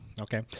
Okay